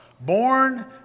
born